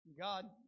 God